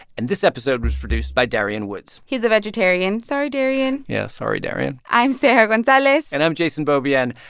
and this episode was produced by darian woods he's a vegetarian. sorry, darian yeah, sorry, darian i'm sarah gonzalez and i'm jason beaubien.